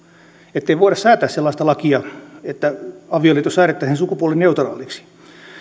ettei voida säätää sellaista lakia että avioliitto säädettäisiin sukupuolineutraaliksi